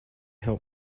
help